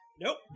Nope